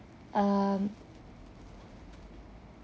um